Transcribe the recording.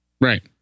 Right